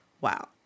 wow